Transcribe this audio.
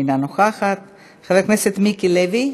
אינה נוכחת, חבר הכנסת מיקי לוי,